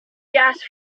gas